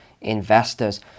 investors